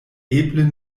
eble